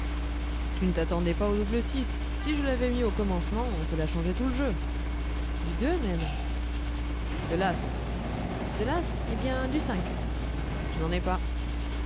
tu ne t'attendais pas au double six si je l'avais mis au commencement cela changeait tout le jeu du deux même de l'as de l'as eh bien du cinq je n'en ai pas